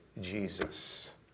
Jesus